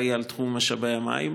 שאחראי לתחום משאבי המים,